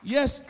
Yes